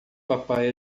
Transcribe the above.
papai